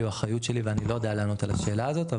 או האחריות שלי ואני לא יודע לענות על השאלה הזאת.